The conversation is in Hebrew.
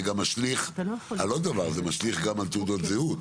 זה גם משליך על תעודות זהות,